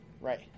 Right